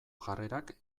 jarrerak